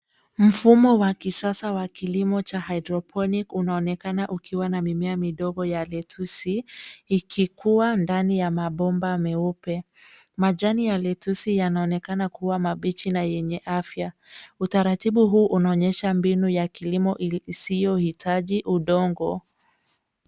Mfumo wa kisasa wa kilimo cha hydroponic unaonekana ukiwa na mimea midogo ya lettuce ikikua ndani ya mabomba meupe. Majani ya lettuce yanaonekana kuwa mabichi na yenye afya. Utaratibu huu unaonyesha mbinu ya kilimo isiyohitaji udongo.